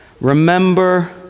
Remember